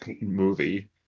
movie